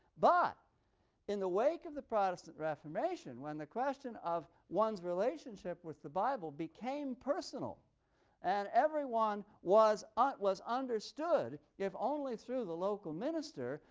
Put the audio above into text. but in the wake of the protestant reformation when the question of one's relationship with the bible became personal and everyone was ah was understood, if only through the local minister,